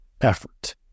effort